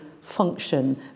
function